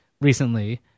recently